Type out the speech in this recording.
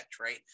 right